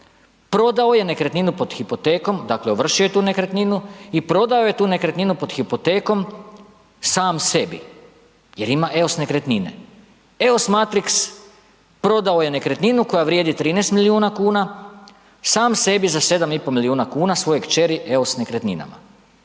prodao je nekretninu pod hipotekom, dakle ovršio je tu nekretninu i prodao je tu nekretninu pod hipotekom sam sebi jer ima EOS nekretnine. EOS Matrix prodao je nekretninu koja vrijedi 13 milijuna kuna sam sebi za 7,5 milijuna svojoj kćeri EOS nekretninama.